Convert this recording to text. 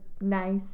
nice